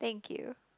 thank you